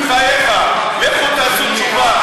בחייך, לכו תעשו תשובה.